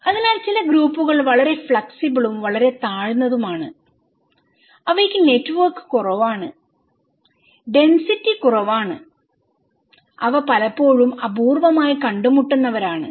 അതിനാൽ ചില ഗ്രൂപ്പുകൾ വളരെ ഫ്ലെക്സിബിളും വളരെ താഴ്ന്നതുമാണ് അവയ്ക്ക് നെറ്റ്വർക്ക് കുറവാണ് ഡെൻസിറ്റി കുറവാണ് അവ പലപ്പോഴും അപൂർവ്വമായി കണ്ടുമുട്ടുന്നവരാണ്